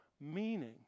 meaning